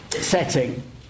setting